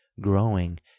growing